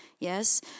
Yes